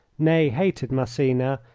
ney hated massena,